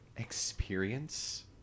experience